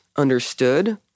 Understood